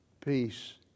peace